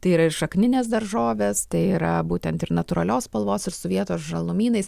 tai yra ir šakninės daržovės tai yra būtent ir natūralios spalvos ir su vietos žalumynais